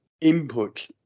input